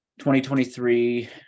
2023